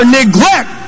neglect